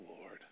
Lord